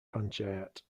panchayat